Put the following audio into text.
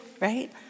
Right